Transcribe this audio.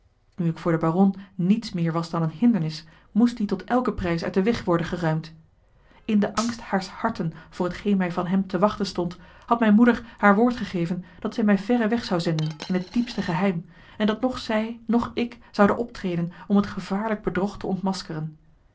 ik voor den baron niets meer was dan eene hindernis moest die tot elken prijs uit den weg worden geruimd in den angst haars harten voor t geen mij van hem te wachten stond had mijne moeder haar woord gegeven dat zij mij verre weg zou zenden in het diepste geheim en dat noch zij noch ik zouden optreden om het gevaarlijk bedrog te ontmaskeren